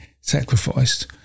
sacrificed